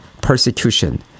persecution